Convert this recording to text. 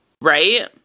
Right